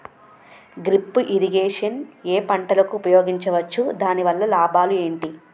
Drip irrigation ఏ పంటలకు ఉపయోగించవచ్చు? దాని వల్ల లాభాలు ఏంటి?